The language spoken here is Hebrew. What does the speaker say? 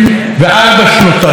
יכולת להתווכח איתו,